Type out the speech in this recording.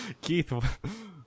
keith